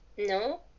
No